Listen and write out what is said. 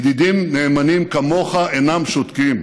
ידידים נאמנים כמוך אינם שותקים,